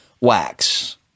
wax